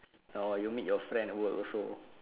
no you meet your friend at work also